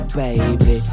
baby